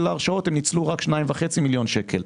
להרשאות שהם ניצלו מתוכו רק שניים וחצי מיליון שקל.